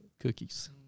cookies